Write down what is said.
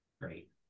Great